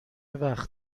وقت